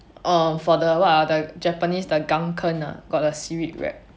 ugh for the what ah the japanese the gunkan ah got a seaweed wrap